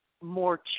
more